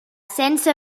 sense